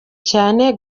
cyane